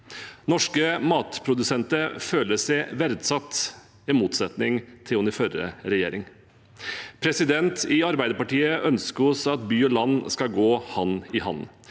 Norske matprodusenter føler seg verdsatt, i motsetning til under forrige regjering. I Arbeiderpartiet ønsker vi at by og land skal gå hand i hand.